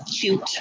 cute